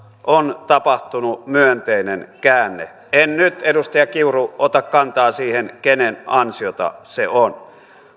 on tapahtunut myönteinen käänne en nyt edustaja kiuru ota kantaa siihen kenen ansiota se on